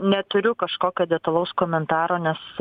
neturiu kažkokio detalaus komentaro nes